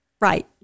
right